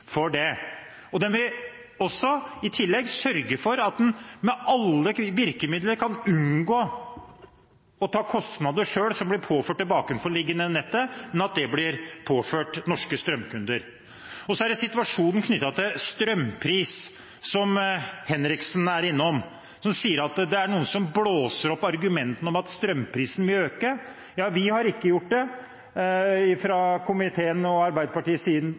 vil i tillegg med alle virkemidler sørge for å unngå å ta kostnader som blir påført det bakenforliggende nettet – det blir påført norske strømkunder. Så til situasjonen knyttet til strømpris, som representanten Odd Henriksen er innom. Han sier at det er noen som blåser opp argumentene for at strømprisen vil øke. Vi i komiteen fra Arbeiderpartiets side har ikke på noen som helst måte gjort det. Men det gjenstår at Høyre og